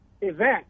event